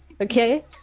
okay